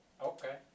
okay